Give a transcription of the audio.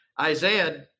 Isaiah